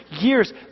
years